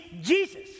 Jesus